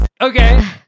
Okay